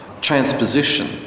transposition